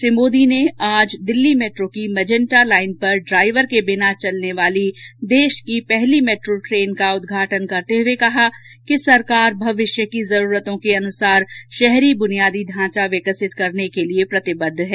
श्री मोदी ने आज दिल्ली मेट्रो की मेजेंटा लाइन पर ड्राइवर के बिना चलने वाली देश की पहली मेट्रो ट्रेन का उद्घाटन करते हुए कहा कि सरकार भविष्य की जरूरतों के अनुसार शहरी बुनियादी ढांचा विकसित करने के लिए प्रतिबद्ध है